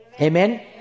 Amen